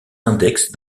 index